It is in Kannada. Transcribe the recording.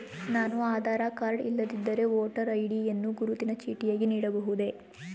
ನಾನು ಆಧಾರ ಕಾರ್ಡ್ ಇಲ್ಲದಿದ್ದರೆ ವೋಟರ್ ಐ.ಡಿ ಯನ್ನು ಗುರುತಿನ ಚೀಟಿಯಾಗಿ ನೀಡಬಹುದೇ?